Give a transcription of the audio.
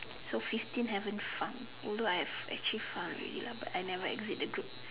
so fifteen haven't found although I have actually found already lah but I never exit the group